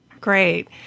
Great